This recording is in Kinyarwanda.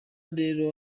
rero